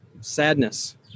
sadness